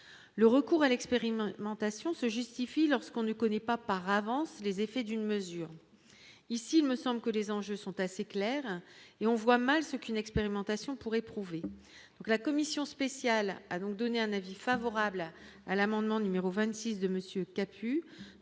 le recours à l'expérimente plantations se justifie lorsqu'on ne connaît pas par avance les effets d'une mesure ici il me semble que les enjeux sont assez claires et on voit mal ce qu'une expérimentation pour prouver la commission spéciale a donc donné un avis favorable à l'amendement numéro 26 de monsieur